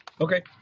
Okay